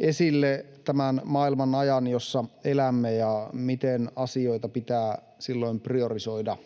esille tämän maailmanajan, jossa elämme, ja sen, miten asioita pitää silloin priorisoida.